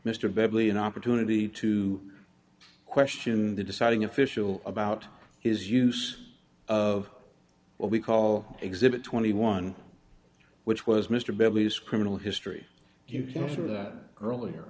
bradley an opportunity to question the deciding official about his use of what we call exhibit twenty one which was mr billy's criminal history you can see that earlier